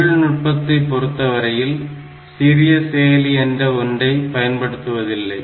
தொழில்நுட்பத்தை பொறுத்தவரையில் சிறிய செயலி என்ற ஒன்றை பயன்படுத்துவதில்லை